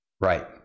Right